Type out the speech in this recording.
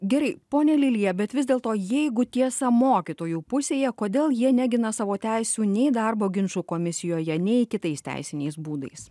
gerai ponia lilija bet vis dėlto jeigu tiesa mokytojų pusėje kodėl jie negina savo teisių nei darbo ginčų komisijoje nei kitais teisiniais būdais